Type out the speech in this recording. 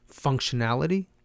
functionality